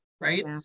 right